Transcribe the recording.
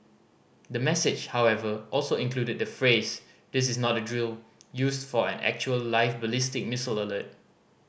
the message however also included the phrase This is not a drill used for an actual live ballistic missile alert